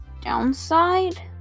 downside